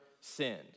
sinned